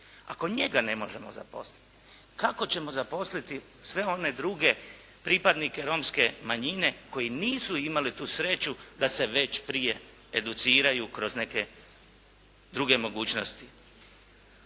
Ako njega ne možemo zaposliti kako ćemo zaposliti sve one druge pripadnike romske manjine koji nisu imali tu sreću da se već prije educiraju kroz neke druge mogućnosti.